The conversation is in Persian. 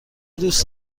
دوست